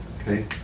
okay